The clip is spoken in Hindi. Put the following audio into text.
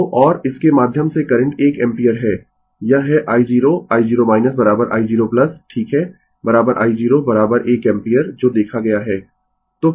तो और इसके माध्यम से करंट एक एम्पीयर है यह है i0 i0 i0 ठीक है i0 एक एम्पीयर जो देखा गया है